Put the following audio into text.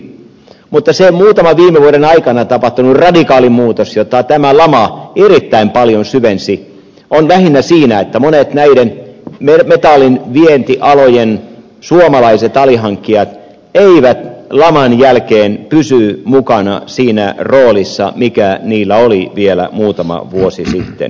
mutta se muutaman viime vuoden aikana tapahtunut radikaali muutos jota tämä lama erittäin paljon syvensi on lähinnä siinä että monet näiden metallin vientialojen suomalaiset alihankkijat eivät laman jälkeen pysy mukana siinä roolissa mikä niillä oli vielä muutama vuosi sitten